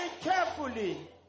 carefully